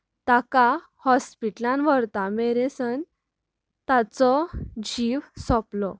ताका हॉस्पिटलांत व्हरता मेरेन सन ताचो जीव सोंपलो